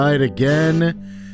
again